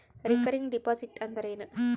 Recurring deposit ಅಂದರೇನು?